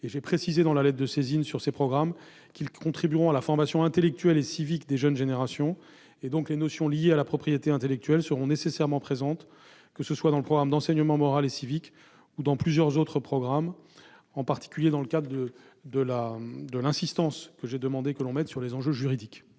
J'ai précisé dans la lettre de saisine sur ces programmes qu'ils « contribueront à la formation intellectuelle et civique des jeunes générations ». Les notions liées à la propriété intellectuelle y seront donc nécessairement présentes, que ce soit dans le programme d'enseignement moral et civique ou dans plusieurs autres programmes, en particulier dans le cadre de l'accent qui sera mis, à ma demande, sur les enjeux juridiques.